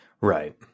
Right